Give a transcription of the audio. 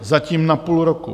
Zatím na půl roku.